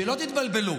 שלא תתבלבלו,